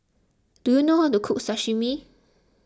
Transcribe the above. do you know how to cook Sashimi